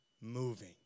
moving